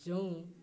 ଯେଉଁ